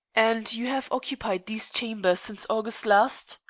and you have occupied these chambers since august last?